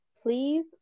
please